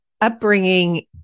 upbringing